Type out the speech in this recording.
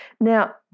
Now